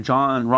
John